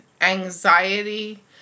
anxiety